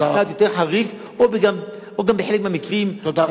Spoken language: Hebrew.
קצת יותר חריף, או גם בחלק מהמקרים, תודה רבה.